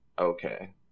okay